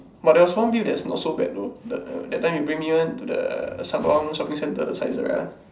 but there was one beef that was not so bad though the that time you bring me [one] to the Sembawang shopping centre the Saizeriya